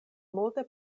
multe